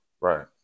Right